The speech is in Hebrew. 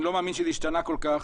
אני לא מאמין שזה השתנה כל כך,